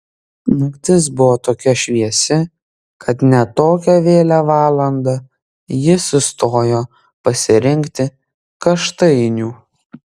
naktis buvo tokia šviesi kad net tokią vėlią valandą ji sustojo pasirinkti kaštainių